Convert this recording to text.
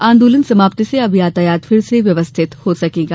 आंदोलन समाप्ति से अब यातायात फिर से व्यवस्थित हो सकेगा